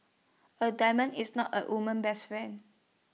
A diamond is not A woman best friend